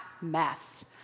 mess